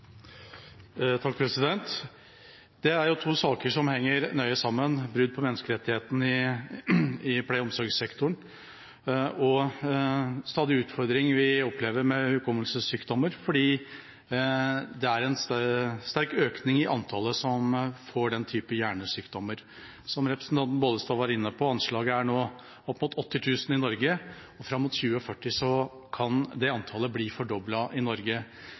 det forslaget hun refererte til. Dette er to saker som henger nøye sammen – brudd på menneskerettighetene i pleie- og omsorgssektoren og den stadige utfordringen vi opplever med hukommelsessykdommer fordi det er en sterk økning i antallet som får den typen hjernesykdommer. Som representanten Bollestad var inne på, er anslaget nå opp mot 80 000 i Norge. Fram mot 2040 kan det antallet bli